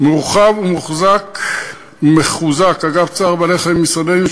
מורחב ומחוזק אגף צער בעלי-חיים במשרדנו,